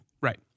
Right